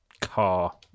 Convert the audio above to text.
car